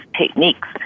techniques